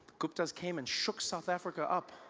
gupta's came and shook south africa up.